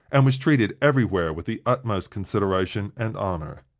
and was treated every where with the utmost consideration and honor.